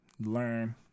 learn